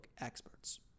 experts